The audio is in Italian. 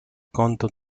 conto